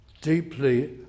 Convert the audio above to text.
deeply